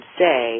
say